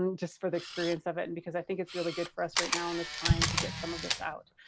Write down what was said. and just for the experience of it and because i think it's really good for us right now in this time to get some of this out.